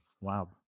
Wow